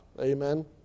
Amen